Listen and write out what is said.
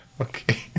Okay